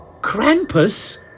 Krampus